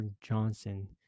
Johnson